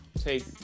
take